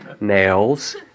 nails